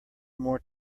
more